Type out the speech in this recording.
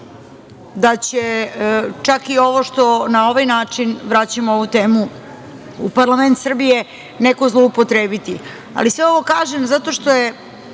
da će čak i ovo što na ovaj način vraćamo ovu temu u parlament Srbije neko zloupotrebiti, ali sve ovo kažem zato što je